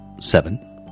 seven